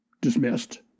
dismissed